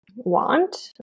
want